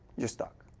you're stuck.